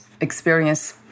experience